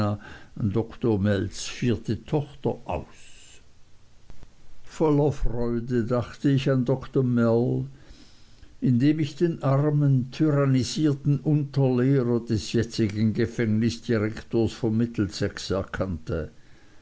tochter aus voller freude dachte ich an dr mell in dem ich den armen tyrannisierten unterlehrer des jetzigen gefängnisdirektors von middlessex erkannte